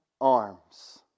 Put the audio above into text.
arms